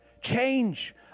change